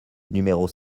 numéros